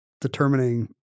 determining